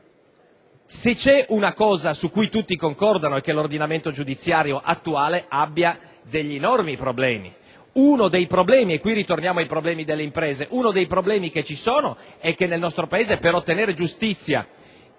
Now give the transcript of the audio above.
se vi è una cosa su cui tutti concordano è che l'ordinamento giudiziario attuale abbia degli enormi problemi, uno dei quali - torniamo ai problemi delle imprese - è che nel nostro Paese per ottenere giustizia